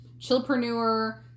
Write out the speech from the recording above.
Chillpreneur